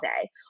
day